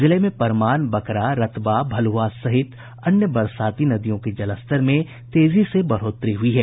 जिले में परमान बकरा रतवा भलुआ सहित अन्य बरसाती नदियों के जलस्तर में तेजी से बढ़ोतरी हुई है